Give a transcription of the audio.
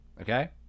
Okay